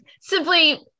simply